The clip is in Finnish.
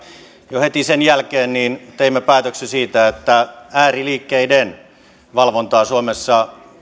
jo heti sen jälkeen teimme päätöksen siitä että ääriliikkeiden valvontaa suomessa